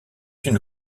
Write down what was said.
une